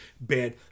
bad